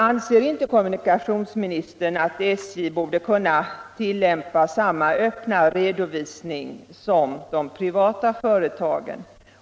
Anser inte kommunikationsministern att SJ borde kunna tillämpa samma öppna redovisning som de privata företagen?